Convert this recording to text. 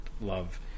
love